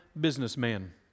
businessman